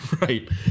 Right